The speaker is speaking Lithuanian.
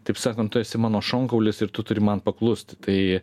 taip sakant tu esi mano šonkaulius ir tu turi man paklusti tai